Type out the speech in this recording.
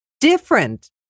different